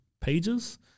pages